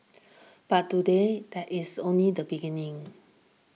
but today that is only the beginning